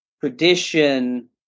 tradition